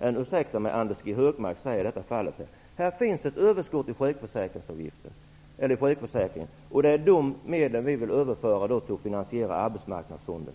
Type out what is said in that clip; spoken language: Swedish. än vad -- Anders G Högmark får ursäkta det -- Anders G Högmark säger. Det finns ett överskott i sjukförsäkringen, och dessa medel vill vi använda till att finansiera underskottet i arbetsmarknadsfonden.